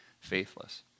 faithless